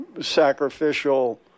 sacrificial